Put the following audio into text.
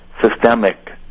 systemic